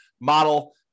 model